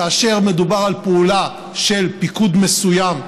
כאשר מדובר על פעולה של פיקוד מסוים,